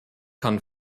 kann